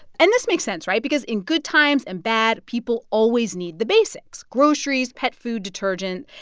and this makes sense right? because in good times and bad, people always need the basics groceries, pet food, detergent.